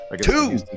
Two